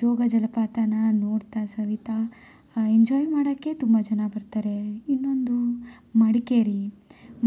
ಜೋಗ ಜಲಪಾತನ ನೋಡ್ತಾ ಸವಿತಾ ಎಂಜಾಯ್ ಮಾಡೋಕ್ಕೆ ತುಂಬ ಜನ ಬರ್ತಾರೆ ಇನ್ನೊಂದು ಮಡಿಕೇರಿ